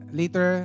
later